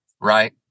right